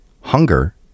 Hunger